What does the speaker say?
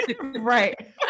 Right